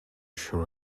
sure